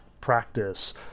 practice